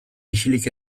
isilik